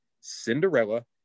Cinderella